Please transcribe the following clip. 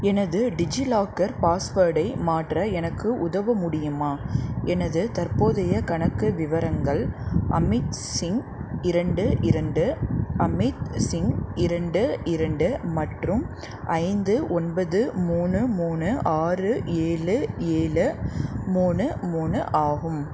எனது டிஜிலாக்கர் பாஸ்வேர்டை மாற்ற எனக்கு உதவ முடியுமா எனது தற்போதைய கணக்கு விவரங்கள் அமித்சிங் இரண்டு இரண்டு அமித் சிங் இரண்டு இரண்டு மற்றும் ஐந்து ஒன்பது மூணு மூணு ஆறு ஏழு ஏழு மூணு மூணு ஆகும்